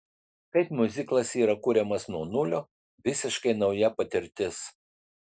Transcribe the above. kaip miuziklas yra kuriamas nuo nulio visiškai nauja patirtis